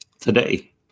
Today